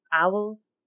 Owls